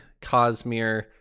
Cosmere